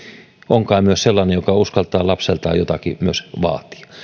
on kai sellainen joka uskaltaa lapseltaan jotakin myös vaatia